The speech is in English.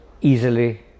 easily